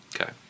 Okay